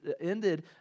ended